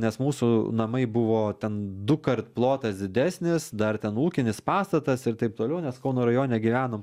nes mūsų namai buvo ten dukart plotas didesnis dar ten ūkinis pastatas ir taip toliau nes kauno rajone gyvenom